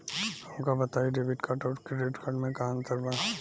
हमका बताई debit card और क्रेडिट कार्ड में का अंतर बा?